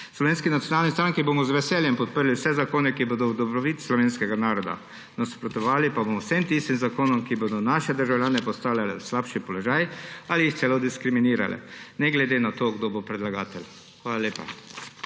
Slovenski nacionalni stranki bomo z veseljem podprli vse zakone, ki bodo v dobrobit slovenskega naroda. Nasprotovali pa bomo vsem tistim zakonom, ki bodo naše državljane postavljali v slabši položaj ali jih celo diskriminirali, ne glede na to, kdo bo predlagatelj. Hvala lepa.